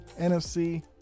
NFC